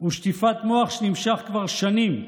ושטיפת מוח שנמשך כבר שנים,